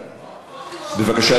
בבקשה,